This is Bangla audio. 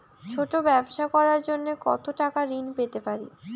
ছোট ব্যাবসা করার জন্য কতো টাকা ঋন পেতে পারি?